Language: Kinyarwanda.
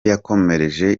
yakomereje